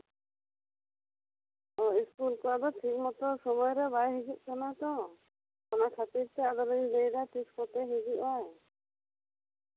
school ᱠᱚᱫᱚ ᱴᱷᱤᱠ ᱢᱚᱛᱚ ᱥᱚᱢᱚᱭ ᱨᱮ ᱵᱟᱭ ᱦᱤᱡᱩᱜ ᱠᱟᱱᱟ ᱛᱚ ᱚᱱᱟ ᱠᱷᱟᱹᱛᱤᱨ ᱛᱮ ᱟᱫᱚ ᱞᱤᱧ ᱞᱟᱹᱭᱫᱟ ᱛᱤᱥ ᱠᱚᱛᱮᱭ ᱦᱤᱡᱩᱜ ᱟᱭ